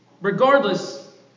regardless